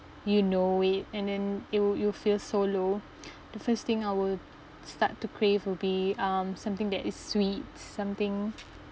you know it and then you you feel so low the first thing I will start to crave will be um something that is sweet something